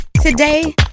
Today